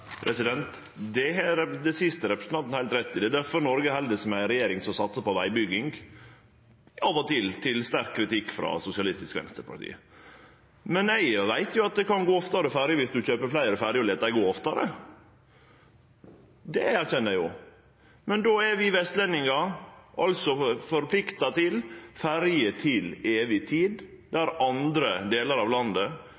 Det siste har representanten heilt rett i. Det er difor Noreg held seg med ei regjering som satsar på vegbygging – av og til til sterk kritikk frå Sosialistisk Venstreparti. Eg veit at det kan gå ferjer oftare om ein kjøper fleire ferjer og let dei gå oftare. Det erkjenner eg, men då er vi vestlendingar altså forplikta til ferje til evig tid,